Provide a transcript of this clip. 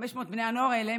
500 בני הנוער האלה,